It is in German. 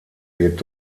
wird